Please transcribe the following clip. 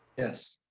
yes.